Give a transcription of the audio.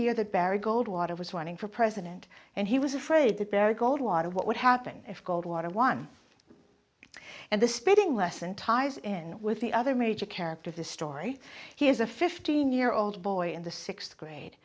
year that barry goldwater was running for president and he was afraid that barry goldwater what would happen if goldwater won and the spitting lesson ties in with the other major character of the story he is a fifteen year old boy in the sixth grade